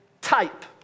type